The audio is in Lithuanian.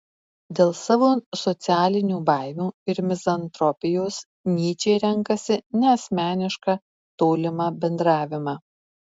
dėl savo socialinių baimių ir mizantropijos nyčė renkasi neasmenišką tolimą bendravimą